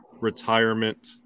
retirement